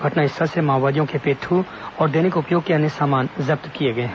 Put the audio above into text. घटनास्थल से माओवादियों के पिट्ठू और दैनिक उपयोग के अन्य सामान जब्त किए गए हैं